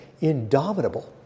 indomitable